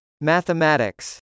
Mathematics